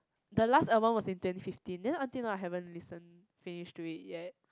the last album was in twenty fifteen then until now I haven't listened finish to it yet